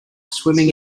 swimming